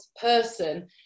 person